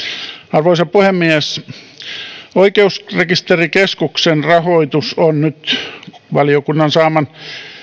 arvoisa puhemies oikeusrekisterikeskuksen rahoitus on nyt valiokunnan saaman